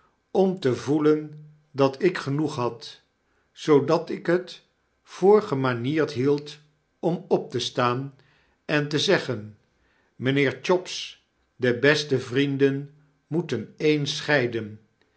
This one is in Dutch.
om te voelen dat ik genoeg had zoodatik het voor gemanierd hield om op te staan en te zeggen mynheer chops de beste vrienden moeten eens